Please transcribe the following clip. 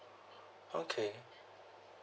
okay